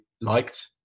liked